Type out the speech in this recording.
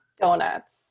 Donuts